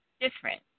different